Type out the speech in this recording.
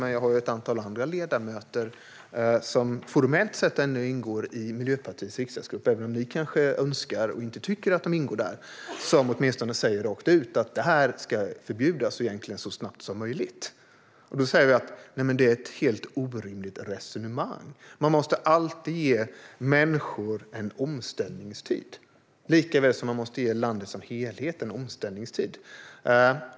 Men det finns ett antal andra ledamöter som formellt sett ännu ingår i Miljöpartiets riksdagsgrupp, även om ni kanske önskar att de inte skulle göra det, och som säger rakt ut att detta ska förbjudas så snabbt som möjligt. Då säger vi: Nej, det är ett helt orimligt resonemang. Man måste alltid ge människor en omställningstid likaväl som man måste ge landet som helhet en omställningstid.